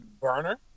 burner